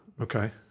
Okay